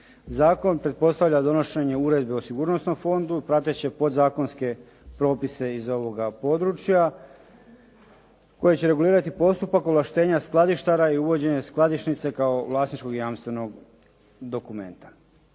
Zakon pretpostavlja donošenje uredbe o sigurnosnom fondu, prateće podzakonske propise iz ovoga područja koji će regulirati postupak ovlaštenja skladištara i uvođenje skladišnice kao vlasničkog jamstvenog dokumenta.